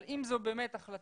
אבל אם זה באמת החלטה,